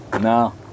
No